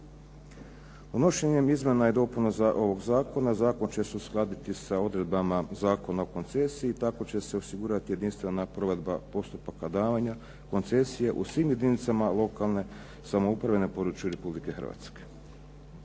Unošenjem izmjena i dopuna ovog zakona zakon će se uskladiti sa odredbama Zakona o koncesiji, tako će se osigurati jedinstvena prva dva postupka davanja koncesije u svim jedinicama lokalne samouprave na području Republike Hrvatske.